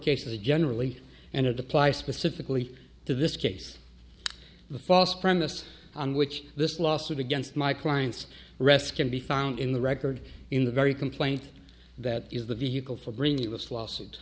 cases generally and apply specifically to this case the false premise on which this lawsuit against my clients rest can be found in the record in the very complaint that is the vehicle for bringing us lawsuit